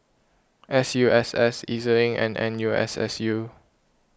S U S S E Z Link and N U S S U